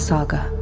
Saga